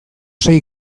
sei